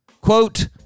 Quote